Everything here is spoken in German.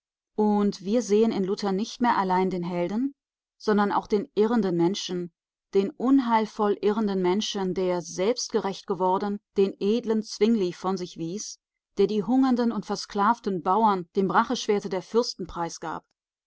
und wir sehen in luther nicht mehr allein den helden sondern auch den irrenden menschen den unheilvoll irrenden menschen der selbstgerecht geworden den edlen zwingli von sich wies der die hungernden und versklavten bauern dem racheschwerte der fürsten preisgab